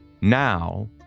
Now